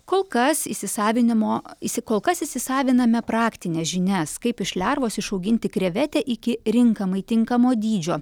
kol kas įsisavinimo įsi kol kas įsisaviname praktines žinias kaip iš lervos išauginti krevetę iki rinkamai tinkamo dydžio